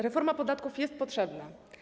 Reforma podatków jest potrzebna.